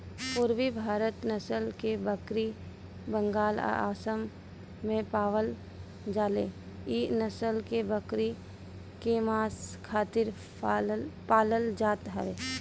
पुरबी भारत नसल के बकरी बंगाल, आसाम में पावल जाले इ नसल के बकरी के मांस खातिर पालल जात हवे